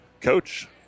coach